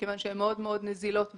מכיוון שהן מאוד מאוד נזילות וסחירות.